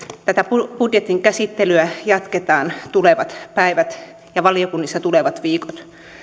tätä budjetin käsittelyä jatketaan tulevat päivät ja valiokunnissa tulevat viikot